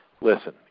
Listen